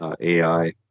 AI